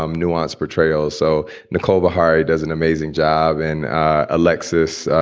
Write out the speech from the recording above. um nuanced portrayals. so nicole beharie does an amazing job. and alexis,